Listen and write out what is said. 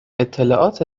اطلاعات